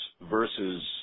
versus